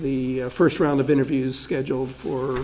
the first round of interviews scheduled for